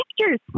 pictures